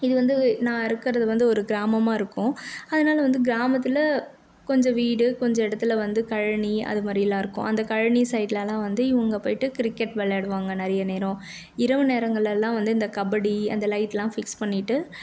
இது வந்து நான் இருக்கிறது வந்து ஒரு கிராமமாக இருக்கும் அதனால் வந்து கிராமத்தில் கொஞ்சம் வீடு கொஞ்சம் இடத்துல வந்து கழனி அது மாதிரிலாம் இருக்கும் அந்த கழனி சைடுலலெல்லாம் வந்து இவங்க போயிட்டு கிரிக்கெட் விளையாடுவாங்க நிறையா நேரம் இரவு நேரங்களில் எல்லாம் வந்து இந்த கபடி அந்த லைட்டுலாம் ஃபிக்ஸ் பண்ணிவிட்டு